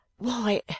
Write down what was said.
Why